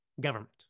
government